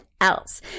else